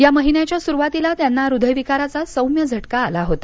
या महिन्याच्या सुरुवातीला त्यांना हृदय विकाराचा सौम्य झटका आला होता